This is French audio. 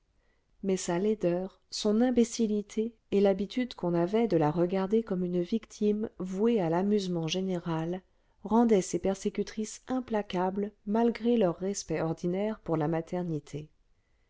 mais sa laideur son imbécillité et l'habitude qu'on avait de la regarder comme une victime vouée à l'amusement général rendaient ses persécutrices implacables malgré leur respect ordinaire pour la maternité